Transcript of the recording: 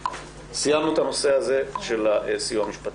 סיימנו את הנושא של הסיוע המשפטי.